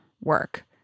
work